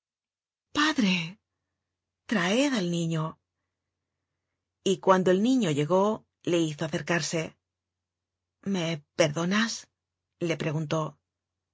padre traed al niño y cuando el niño llegó le hizo acercarse me perdonas le preguntó